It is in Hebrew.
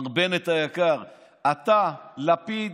מר בנט היקר, אתה, ולפיד,